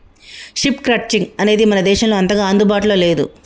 sheep crutching అనేది మన దేశంలో అంతగా అందుబాటులో లేదు